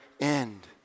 end